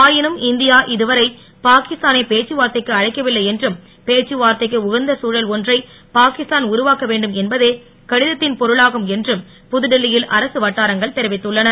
ஆயினும் இந்தியா இதுவரை பாகிஸ்தானை பேச்சுவார்த்தைக்கு அழைக்கவில்லை என்றும் பேச்சு வார்த்தைக்கு டகந்த தழல் ஒன்றை பாகிஸ்தான் உருவாக்க வேண்டும் என்பதே கடிதத்தின் பொருளாகும் என்றும் புதுடெல்லியில் அரசு வட்டாரங்கள் தெரிவித்துள்ளன